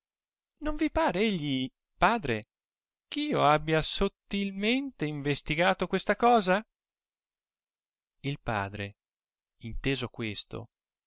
non vi par egli padre ch'io abbia sottilmente investigato questa cosa il padre inteso questo